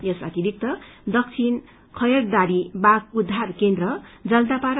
यस अतिरिक्त दक्षिण खएरदारी बाघ उद्घार केन्द्र जलयपाइ